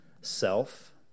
self